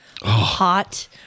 hot